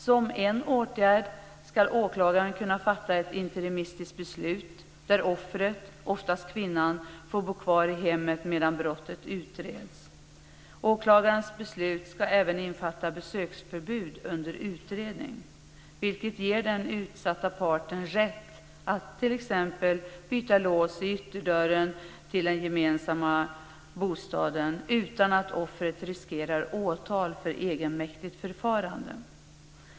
Som en åtgärd ska åklagaren kunna fatta ett interimistiskt beslut som innebär att offret - oftast kvinnan - får bo kvar i hemmet medan brottet utreds. Åklagarens beslut ska även innefatta besöksförbud under utredning, vilket ger den utsatta parten rätt att t.ex. byta lås i ytterdörren till den gemensamma bostaden utan att offret riskerar åtal för egenmäktigt förfarande.